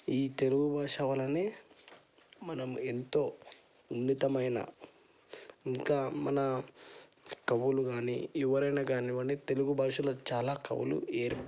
ఈ తెలుగు భాష వలనే మనం ఎంతో ఉన్న ఉన్నతమైన ఇంకా మన కవులు కానీ ఎవరైనా కానివ్వండి తెలుగు భాషలో చాలా కవులు